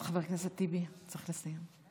חבר הכנסת טיבי, צריך לסיים.